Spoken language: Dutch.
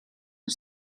een